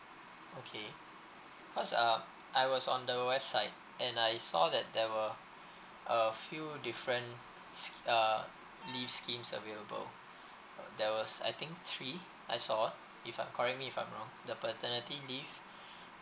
okay cause uh I was on the website and I saw that there were a few different s~ uh leave scheme available there was I think three I saw if I'm correct me if I'm wrong the paternity leave